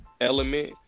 element